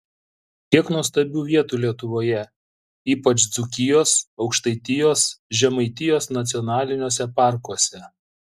kiek nuostabių vietų lietuvoje ypač dzūkijos aukštaitijos žemaitijos nacionaliniuose parkuose